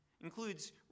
includes